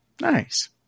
nice